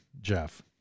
jeff